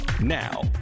Now